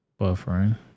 Buffering